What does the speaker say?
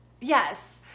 Yes